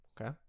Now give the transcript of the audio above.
Okay